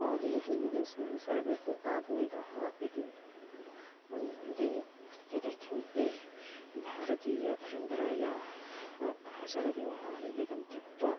आधुनिक युगेस्मिन् सर्वे आधुनिकाः इति मन्यन्ते तदर्थं ते भारतीयपरम्परायाः आचारः व्यवहारादिकं त्यक्त्वा